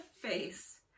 face